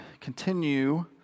continue